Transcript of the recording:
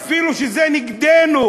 אפילו כשזה נגדנו?